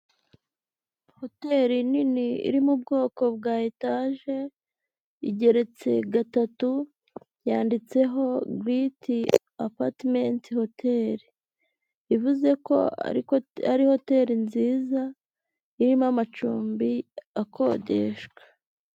Hoteri nini iri mu bwoko bwa etaje igeretse gatatu yanditseho giriti apatimenti hoteri ivuze ko ari hoteri nziza irimo amacumbi akodeshwa.